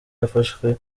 yafashwe